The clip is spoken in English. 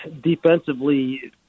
defensively